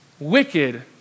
Wicked